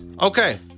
okay